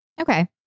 okay